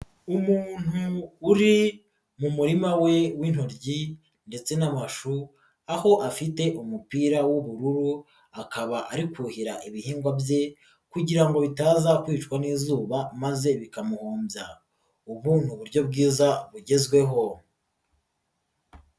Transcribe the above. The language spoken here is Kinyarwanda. Umuntu uri mu murima we w'intoryi ndetse n'amashu, aho afite umupira w'ubururu, akaba ari kuhira ibihingwa bye kugira ngo bitaza kwicwa n'izuba maze bikamuhombya, ubu ni buryo bwiza bugezweho.